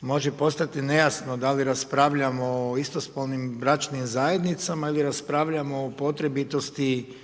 može postati nejasno da li raspravljamo o isto spolnim bračnim zajednicama ili raspravljamo o potrebitosti